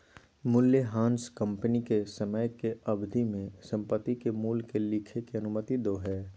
मूल्यह्रास कंपनी के समय के अवधि में संपत्ति के मूल्य के लिखे के अनुमति दो हइ